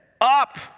Up